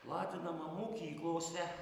platinama mokyklose